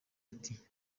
ati